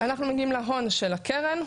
אנחנו מגיעים להון של הקרן,